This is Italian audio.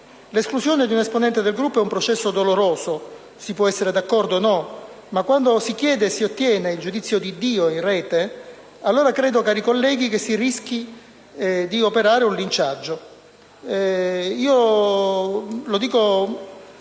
L'esclusione di un esponente del Gruppo è un processo doloroso, su cui si può essere d'accordo o meno, ma quando si chiede e si ottiene il «giudizio di Dio» in Rete, cari colleghi, credo che si rischi di operare un linciaggio. Lo dico